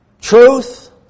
truth